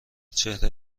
چهره